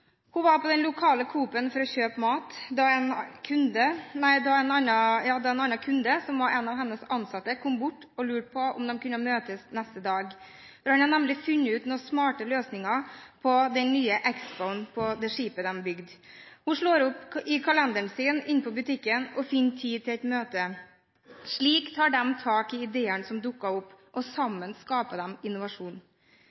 Hun var på den lokale Coop-en for å kjøpe mat da en annen kunde, som var en av hennes ansatte, kom bort og lurte på om de kunne møtes neste dag. Han hadde nemlig funnet fram til noen smarte løsninger på den nye X-BOW-en på det skipet de bygde. Hun slår opp i kalenderen sin inne i butikken og finner tid til et møte. Slik tar de tak i ideene som dukker opp, og